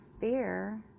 fear